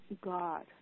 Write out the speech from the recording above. God